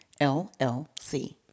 LLC